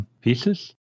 pieces